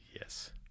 Yes